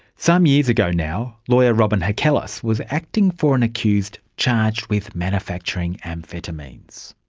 some years ago now, lawyer robyn hakelis was acting for an accused charged with manufacturing amphetamines.